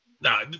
No